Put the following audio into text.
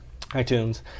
iTunes